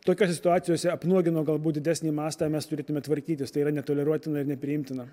tokiose situacijose apnuogino galbūt didesnį mastą mes turėtume tvarkytis tai yra netoleruotina nepriimtina